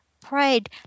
prayed